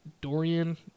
Dorian